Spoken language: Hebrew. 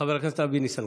חבר הכנסת אבי ניסנקורן.